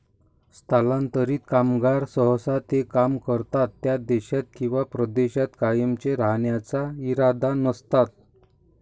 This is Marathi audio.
स्थलांतरित कामगार सहसा ते काम करतात त्या देशात किंवा प्रदेशात कायमचे राहण्याचा इरादा नसतात